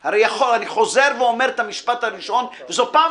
אני חוזר ואומר את המשפט הראשון: זו פעם